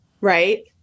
right